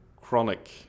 chronic